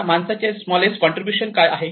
त्या माणसाचे smallest contribution काय आहे